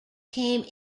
came